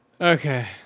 Okay